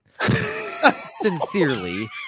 sincerely